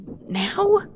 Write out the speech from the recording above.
Now